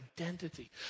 identity